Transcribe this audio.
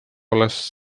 olles